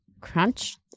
crunch